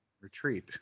Retreat